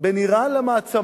בין אירן למעצמות,